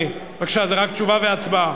זה רק תשובה והצבעה,